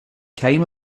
came